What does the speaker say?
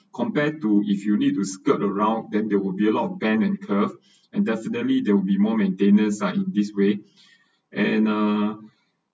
compared to if you need to skirt around then there would be a lot of bend and curve and definitely there will be more maintenance lah in this way and uh